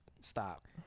Stop